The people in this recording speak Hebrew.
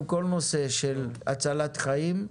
כל נושא של הצלת חיים,